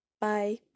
Bye